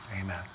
Amen